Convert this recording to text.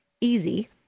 easy